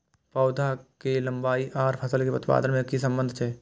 पौधा के लंबाई आर फसल के उत्पादन में कि सम्बन्ध छे?